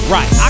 Right